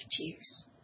Tears